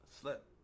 slept